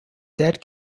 dead